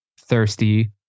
thirsty